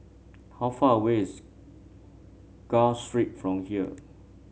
how far away is Gul Street from here